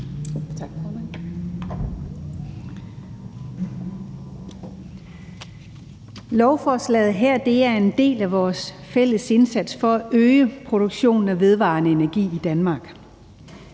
Forslaget her er en del af vores fælles indsats for at øge produktionen af vedvarende energi i Danmark.